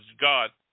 God